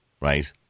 Right